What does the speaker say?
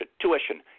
tuition